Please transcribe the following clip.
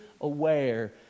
aware